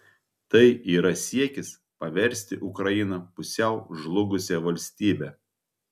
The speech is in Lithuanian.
tai yra siekis paversti ukrainą pusiau žlugusia valstybe